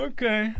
Okay